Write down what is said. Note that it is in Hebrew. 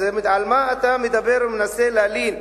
אז על מה אתה מדבר ומנסה להלין?